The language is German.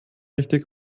richtig